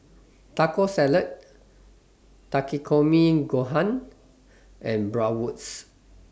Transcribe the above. Taco Salad Takikomi Gohan and Bratwurst